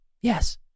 Yes